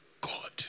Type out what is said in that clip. God